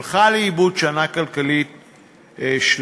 הלכה לאיבוד שנה כלכלית שלמה.